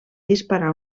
disparar